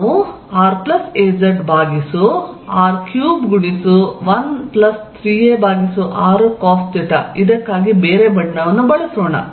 ನಾವು raz ಭಾಗಿಸು r3 ಗುಣಿಸು 13ar ಕಾಸ್ ಥೀಟಾ ಇದಕ್ಕಾಗಿ ಬೇರೆ ಬಣ್ಣವನ್ನು ಬಳಸೋಣ